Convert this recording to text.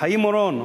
חיים אורון,